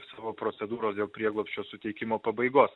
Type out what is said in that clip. savo procedūros dėl prieglobsčio suteikimo pabaigos